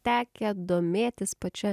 tekę domėtis pačia